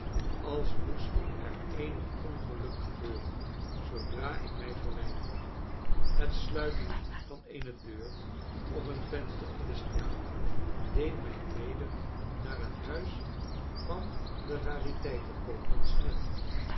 als moest er eenig ongeluk gebeuren zoodra ik mij verwijderde het sluiten van eene deur of een venster in de straat deed mij weder naar het huis van den rariteitenkoopman snellen